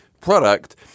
product